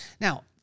Now